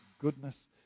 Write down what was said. goodness